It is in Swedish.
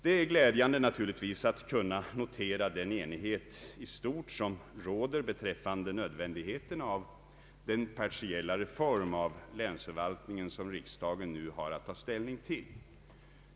Det är naturligtvis glädjande att kunna notera den enighet i stort som råder beträffande nödvändigheten av den partiella reform av länsförvaltningen som riksdagen nu har att ta ställning till.